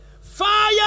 Fire